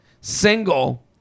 single